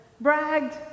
bragged